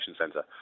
Centre